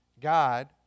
God